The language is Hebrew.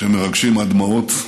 שמרגשים עד דמעות,